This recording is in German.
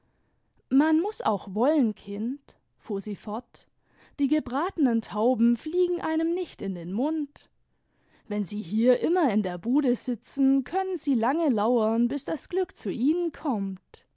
man muß auch wollen kind fuhr sie fort die gebratenen tauben fliegen einem nicht in den mund wenn sie hier immer in der bude sitzen können sie lange lauem bis das glück zu ihnen kommt